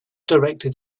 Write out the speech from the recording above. directed